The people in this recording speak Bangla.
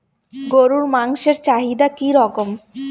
গরুর মাংসের চাহিদা কি রকম?